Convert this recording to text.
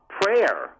prayer